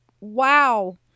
Wow